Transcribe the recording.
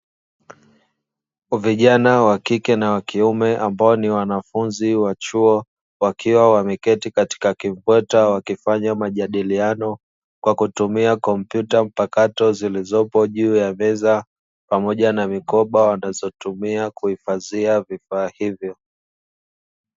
Vijana wa kike na wa kiume ambao ni wanafunzi wa chuo, wakiwa wameketi katika kimbweta wakifanya majadiliano, kwa kutumia kompyuta mpakato zilizopo juu ya meza, pamoja na mikoba wanazotumia kuhifadhia vifaa hivyo.